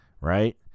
Right